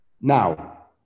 now